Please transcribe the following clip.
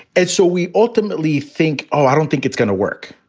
and so we ultimately think, oh, i don't think it's going to work.